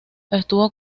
estuvo